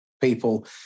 people